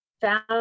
found